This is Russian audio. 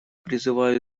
призываю